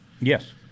Yes